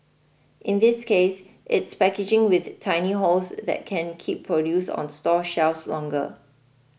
in this case it's packaging with tiny holes that can keep produce on store shelves longer